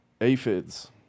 Aphids